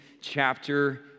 chapter